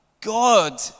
God